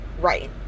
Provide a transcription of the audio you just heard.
right